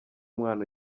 umwana